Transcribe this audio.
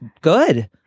good